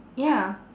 ya